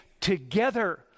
together